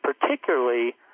particularly